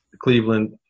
Cleveland